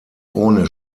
ohne